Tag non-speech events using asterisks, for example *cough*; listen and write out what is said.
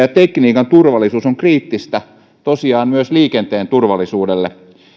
*unintelligible* ja tekniikan turvallisuus on kriittistä tosiaan myös liikenteen turvallisuudelle